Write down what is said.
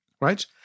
right